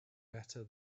better